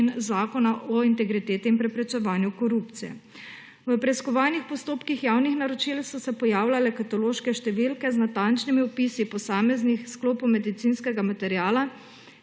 in Zakona o integriteti in preprečevanju korupcije. V preiskovalnih postopkih javnih naročil so se pojavljale kataloške številke z natančnimi opisi posameznih sklopov medicinskega materiala,